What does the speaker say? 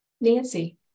Nancy